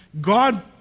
God